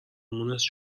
مونس